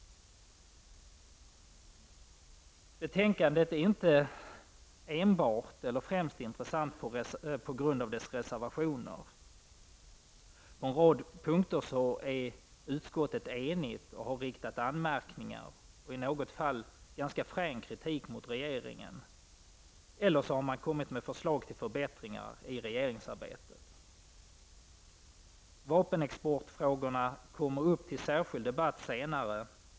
Betänkandet är inte enbart eller främst intressant på grund av dess reservationer. På en rad punkter är utskottet enigt och har riktat anmärkningar, och i något fall ganska frän kritik, mot regeringen, eller också har man kommit med förslag till förbättringar i regeringsarbetet. Vapenexportfrågorna kommer upp till särskild debatt senare.